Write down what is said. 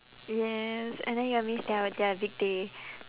yes and then you will miss their their big day